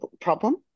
problem